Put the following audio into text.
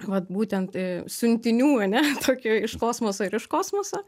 vat būtent siuntinių ane tokio iš kosmoso ir iš kosmoso